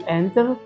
enter